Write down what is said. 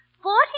Forty